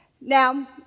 Now